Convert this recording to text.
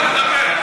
על מה אתה מדבר?